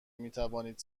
میتوانید